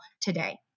today